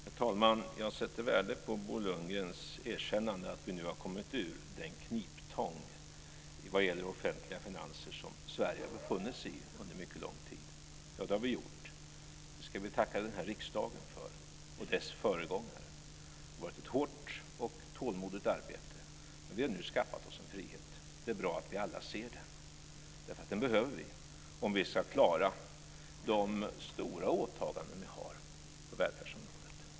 Herr talman! Jag sätter värde på Bo Lundgrens erkännande att vi nu har kommit ur den kniptång när det gäller offentliga finanser som Sverige har befunnit sig i under en mycket lång tid. Ja, det har vi gjort och det ska vi tacka den här riksdagen och dess föregångare för. Det har varit ett hårt och tålmodigt arbete. Men vi har nu skaffat oss en frihet. Det är bra att vi alla ser den. Vi behöver den om vi ska klara de stora åtaganden som vi har på välfärdsområdet.